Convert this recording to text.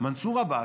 מנסור עבאס,